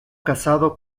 casado